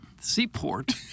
Seaport